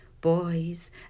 boys